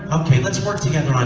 um okay let's work together